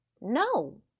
No